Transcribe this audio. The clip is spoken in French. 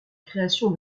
création